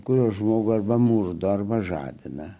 kurios žmogų arba mūsų darbą žadina